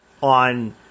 on